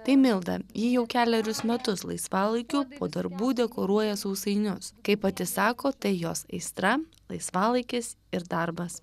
tai milda ji jau kelerius metus laisvalaikiu po darbų dekoruoja sausainius kaip pati sako tai jos aistra laisvalaikis ir darbas